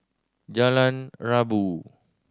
Jalan Rabu